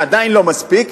זה עדיין לא מספיק,